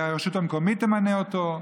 והרשות המקומית תמנה אותו,